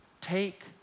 take